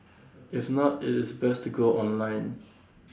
if not IT is best to go online